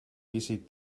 visit